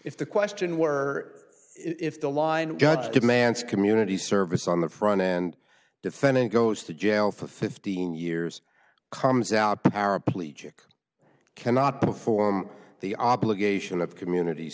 if the question were if the line judge demands community service on the front end defendant goes to jail for fifteen years comes out paraplegic cannot perform the obligation of community